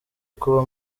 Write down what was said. kuba